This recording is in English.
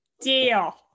deal